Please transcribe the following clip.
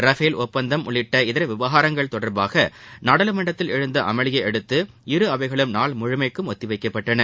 Rafale ஒப்பந்தம் உள்ளிட்ட இதர விவகாரங்கள் தொடர்பாக நாடாளுமன்றத்தில் எழுந்த அமளியை அடுத்து இருஅவைகளிலும் நாள் முழுமைக்கும் ஒத்திவைக்கப்பட்டது